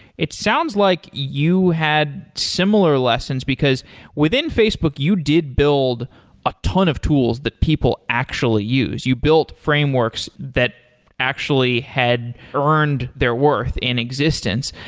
it sounds like you had similar lessons, because within facebook you did build a ton of tools that people actually use. you built frameworks that actually had earned their worth in existence.